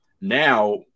now